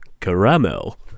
Caramel